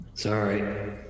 Sorry